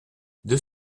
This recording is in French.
deux